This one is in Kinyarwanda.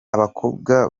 abakobwa